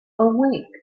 awake